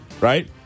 right